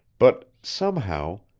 but, somehow,